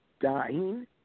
dying